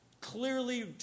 clearly